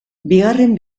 bigarren